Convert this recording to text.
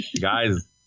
guys